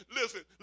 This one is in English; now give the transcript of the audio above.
listen